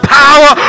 power